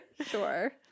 sure